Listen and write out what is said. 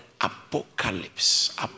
apocalypse